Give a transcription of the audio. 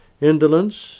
Indolence